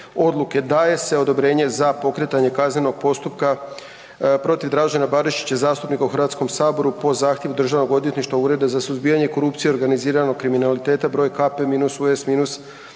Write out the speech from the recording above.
odluke: Daje se odobrenje za pokretanje kaznenog postupka protiv Dražena Barišića, zastupnika u HS-u po zahtjevu Državnog odvjetništva, Ureda za suzbijanje korupcije i organiziranog kriminaliteta br. Kp-Us-271/2020